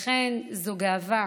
לכן, זו גאווה